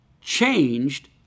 changed